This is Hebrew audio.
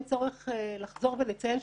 אין צורך לחזור ולציין,